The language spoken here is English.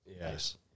Yes